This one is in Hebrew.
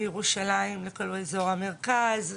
מירושלים לכל אזור המרכז.